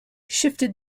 shifted